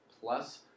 Plus